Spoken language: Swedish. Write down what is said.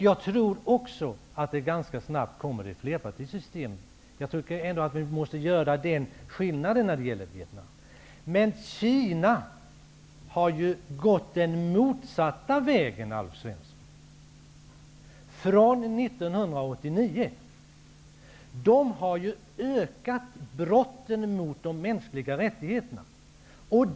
Jag tror också att det ganska snabbt kommer att bli ett flerpartisystem. Vi måste ändå göra den skillnaden när det gäller Vietnam. Kina har ju från 1989 gått den motsatta vägen, Alf Svensson. I Kina har brotten mot de mänskliga rättigheterna ökat.